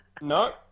No